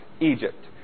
Egypt